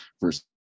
versus